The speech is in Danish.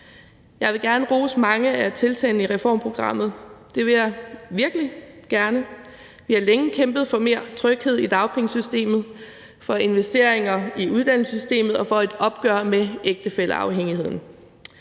Jeg vil gerne rose mange af tiltagene i reformprogrammet, det vil jeg virkelig gerne. Vi har længe kæmpet for mere tryghed i dagpengesystemet, for investeringer i uddannelsessystemet og for et opgør med ægtefælleafhængigheden.